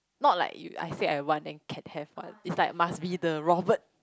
not like you I say I want then can have one is like must be the Robert